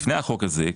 לפני החוק הזה,